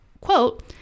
quote